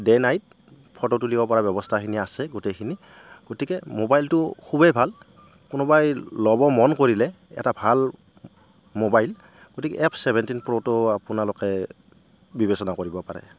ইয়াত day night photo তুলিব পৰা ব্য়ৱস্থাখিনি আছে গোটেইখিনি গতিকে মোবাইলটো খুবেই ভাল কোনোবাই ল'ব মন কৰিলে এটা ভাল মোবাইল গতিকে এফ ছেভেণ্টীন প্ৰ'টো আপোনালোকে বিবেচনা কৰিব পাৰে